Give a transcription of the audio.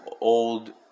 old